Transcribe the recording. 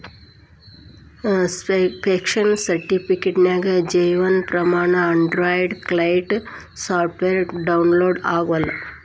pension ಸರ್ಟಿಫಿಕೇಟ್ಗೆ Jeevan Pramaan android client software download ಆಗವಲ್ತು